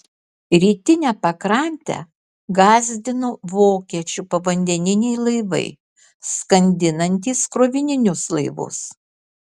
rytinę pakrantę gąsdino vokiečių povandeniniai laivai skandinantys krovininius laivus